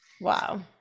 Wow